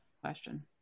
Question